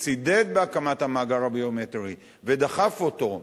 שצידד בהקמת המאגר הביומטרי ודחף אותו,